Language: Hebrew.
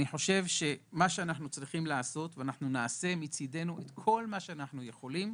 אנחנו מציידנו, נעשה כל מה שאנחנו יכולים,